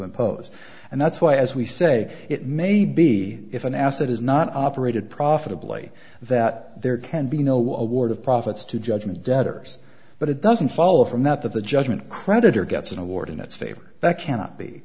impose and that's why as we say it may be if an asset is not operated profitably that there can be no award of profits to judgment debtors but it doesn't follow from that that the judgment creditor gets an award in its favor that cannot be